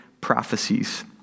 prophecies